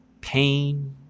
pain